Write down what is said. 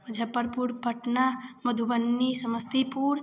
Muzaffarpur Patna Madhubani Samastipur